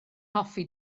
hoffi